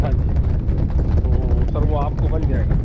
ہاں جی تو سر وہ آپ کو بن جائے گا